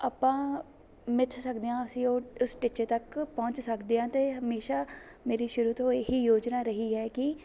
ਆਪਾਂ ਮਿੱਥ ਸਕਦੇ ਹਾਂ ਅਸੀਂ ਉਹ ਉਸ ਟਿੱਚੇ ਤੱਕ ਪਹੁੰਚ ਸਕਦੇ ਹਾਂ ਅਤੇ ਹਮੇਸ਼ਾਂ ਮੇਰੀ ਸ਼ੁਰੂ ਤੋਂ ਇਹ ਹੀ ਯੋਜਨਾ ਰਹੀਂ ਹੈ ਕਿ